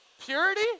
purity